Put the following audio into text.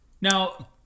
Now